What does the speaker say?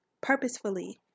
purposefully